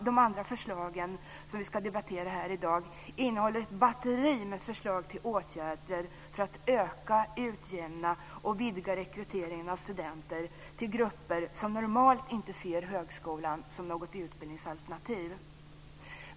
De andra förslagen som vi ska debattera här i dag innehåller ett batteri med förslag till åtgärder för att öka, utjämna och vidga rekryteringen av studenter till grupper som normalt inte ser högskolan som något utbildningsalternativ.